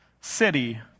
city